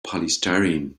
polystyrene